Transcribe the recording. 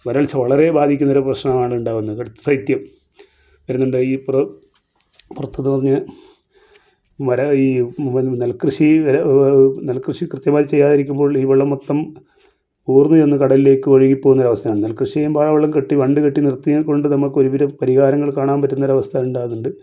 വരൾച്ച വളരെ ബാധിക്കുന്നൊരു പ്രശ്നമാണ് ഉണ്ടാകുന്നത് കടുത്ത ശൈത്യം വരുന്നുണ്ട് ഈ പൊറ പുറത്തുനിന്ന് പറഞ്ഞ നെൽക്കൃഷീടെ നെൽക്കൃഷി കൃത്യമായി ചെയ്യാതിരിക്കുമ്പോൾ ഈ വെള്ളം മൊത്തം ഊർന്ന് ചെന്ന് കടലിലേക്ക് ഒഴുകി പോകുന്നൊരാവസ്ഥയാണ് നെൽക്കൃഷി ചെയ്യുമ്പോ ആ വെള്ളം കെട്ടി ബണ്ട് കെട്ടി നിർത്തിയ കൊണ്ട് നമുക്ക് ഒരുവിധം പരിഹാരങ്ങൾ കാണാൻ പറ്റുന്നൊരവസ്ഥ ഉണ്ടാകുന്നത്